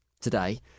today